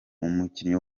umukinnyi